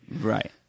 right